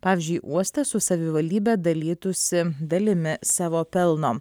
pavyzdžiui uoste su savivaldybe dalytųsi dalimi savo pelno